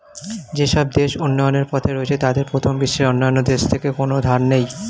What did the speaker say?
যেসব দেশ উন্নয়নের পথে রয়েছে তাদের প্রথম বিশ্বের অন্যান্য দেশ থেকে কোনো ধার নেই